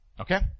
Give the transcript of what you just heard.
Okay